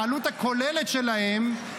שהעלות הכוללת שלהם,